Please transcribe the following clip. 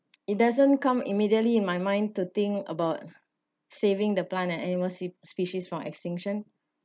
it doesn't come immediately in my mind to think about saving the plant and animal s~ species from extinction